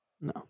No